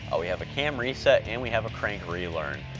we have a kam reset and we have a crank relearn.